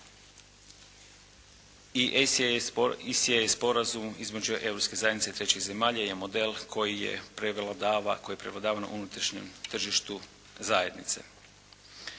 i «ECAA» je sporazum između Europske zajednice i trećih zemalja je model koji je prevladava na unutrašnjem tržištu zajednice.